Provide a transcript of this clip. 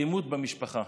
אלימות במשפחה.